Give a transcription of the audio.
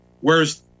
Whereas